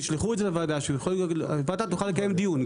שהוועדה תוכל לקיים דיון,